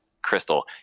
crystal